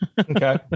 Okay